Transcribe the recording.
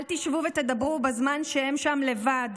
אל תשבו ותדברו בזמן שהם שם לבד,